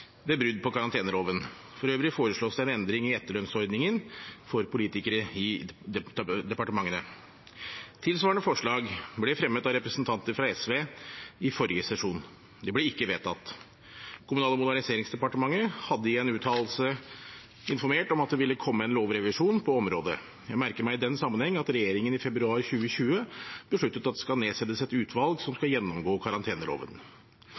ved brudd på karanteneloven. For øvrig foreslås det en endring i etterlønnsordningen for politikere i departementene. Tilsvarende forslag ble fremmet av representanter fra SV i forrige sesjon. Det ble ikke vedtatt. Kommunal- og moderniseringsdepartementet hadde i en uttalelse informert om at det ville komme en lovrevisjon på området. Jeg merker meg i den sammenheng at regjeringen i februar 2020 besluttet at det skal nedsettes et utvalg som skal gjennomgå karanteneloven.